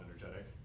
energetic